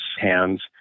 hands